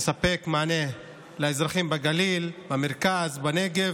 לספק מענה לאזרחים בגליל, במרכז, בנגב.